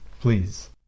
please